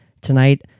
tonight